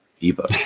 Ebook